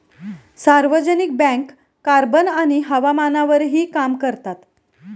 सार्वजनिक bank carbon आणि हवामानावरही काम करतात